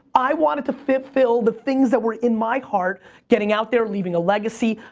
i wanted to fulfill the things that were in my heart getting out there, leaving a legacy,